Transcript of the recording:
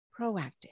Proactive